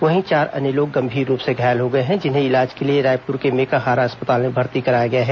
वहीं चार अन्य लोग गंभीर रूप से घायल हो गए हैं जिन्हें इलाज के लिए रायपुर के मेकाहारा अस्पताल में भर्ती कराया गया है